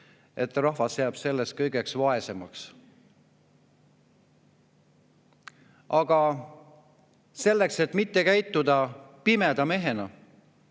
et rahvas jääb selle kõige tõttu vaesemaks. Aga selleks, et mitte käituda pimeda mehena,